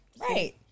Right